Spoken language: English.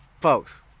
Folks